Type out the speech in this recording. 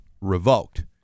revoked